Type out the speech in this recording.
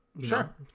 sure